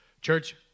Church